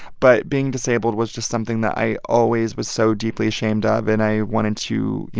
but being disabled was just something that i always was so deeply ashamed ah of, and i wanted to, you